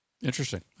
Interesting